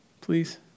Please